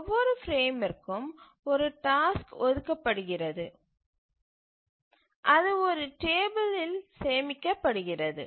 ஒவ்வொரு பிரேமிற்கும் ஒரு டாஸ்க் ஒதுக்கப்படுகிறது மற்றும் அது ஒரு டேபிளில் சேமிக்கப்படுகிறது